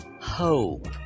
Hope